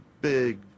big